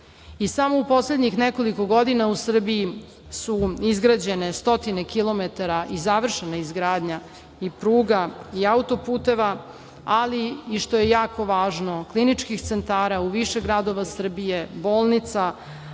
u poslednjih godina u Srbiji su izgrađene 100 kilometara i završena izgradnja i pruga i auto-puteva, ali i što je jako važno kliničkih centara u više gradova Srbije, bolnica,